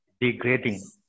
Degrading